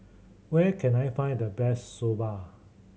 where can I find the best Soba